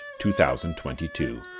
2022